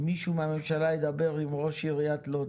שמישהו מהממשלה ידבר עם ראש עיריית לוד